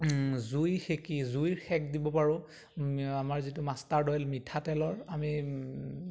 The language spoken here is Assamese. জুই সেকি জুইৰ সেক দিব পাৰোঁ আমাৰ যিটো মাষ্টাৰ্ড অইল মিঠাতেলৰ আমি